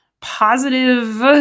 positive